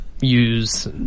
use